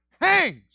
hangs